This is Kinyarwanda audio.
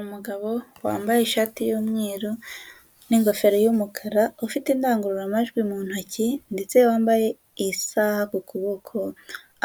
Umugabo wambaye ishati y'umweru n'ingofero y'umukara, ufite indangurura majwi mu ntoki ndetse wambaye isaha ku kuboko,